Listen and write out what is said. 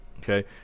Okay